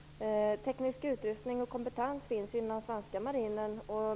Teknisk utrustning och kompetens finns inom den svenska marinen.